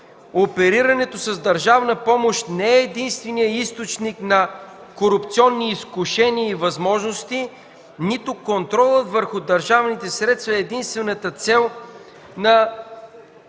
Оперирането с държавна помощ не е единственият източник на корупционни изкушения и възможности, нито контролът върху държавните средства е единствената цел на